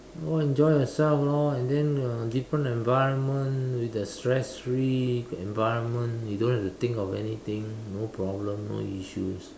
go enjoy yourself lor and then uh different environment with the stress free environment you don't have to think of anything no problem no issues